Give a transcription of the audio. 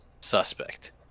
suspect